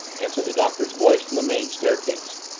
answered the doctor's voice from the main staircase.